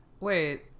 Wait